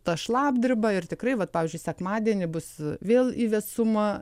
ta šlapdriba ir tikrai vat pavyzdžiui sekmadienį bus vėl į vėsumą